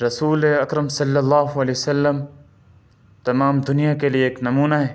رسول اکرم صلی اللّہ علیہ وسلم تمام دنیا کے لیے ایک نمونہ ہیں